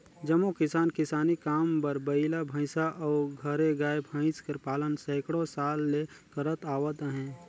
जम्मो किसान किसानी काम बर बइला, भंइसा अउ घरे गाय, भंइस कर पालन सैकड़ों साल ले करत आवत अहें